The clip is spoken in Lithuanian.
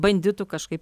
bandytų kažkaip